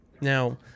now